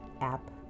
app